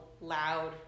loud